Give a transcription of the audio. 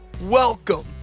welcome